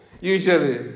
usually